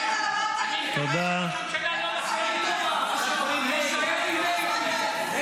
לא אל השרים --- תודה.